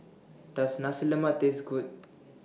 Does Nasi Lemak Taste Good